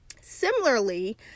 Similarly